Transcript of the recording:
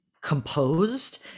composed